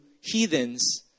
heathens